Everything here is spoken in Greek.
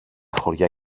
χωριά